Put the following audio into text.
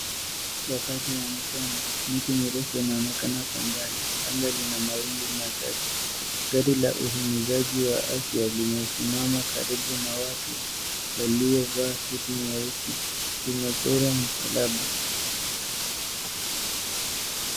Wakati wa mchana. Miti mirefu inaonekana kwa mbali. Anga lina mawingu machache. Gari la uhimizaji wa afya limesimama karibu na watu waliovaa suti nyeusi . Limechorwa msalaba.